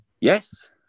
Yes